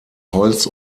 holz